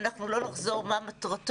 אנחנו לא נחזור מה מטרתו,